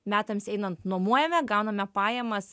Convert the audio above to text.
metams einant nuomojame gauname pajamas